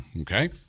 okay